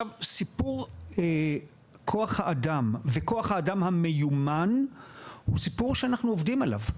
סיפור כוח האדם וכוח האדם המיומן הוא סיפור שאנחנו עובדים עליו.